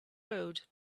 road